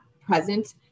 present